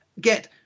get